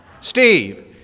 Steve